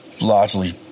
largely